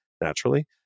naturally